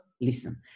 listen